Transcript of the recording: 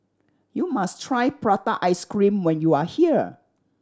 you must try prata ice cream when you are here